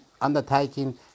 undertaking